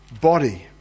body